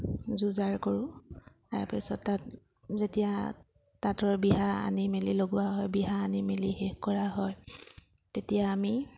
যো জাৰ কৰোঁ তাৰপিছত তাঁত যেতিয়া তাঁতৰ বিহা আনি মেলি লগোৱা হয় বিহা আনি মেলি শেষ কৰা হয় তেতিয়া আমি